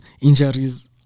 injuries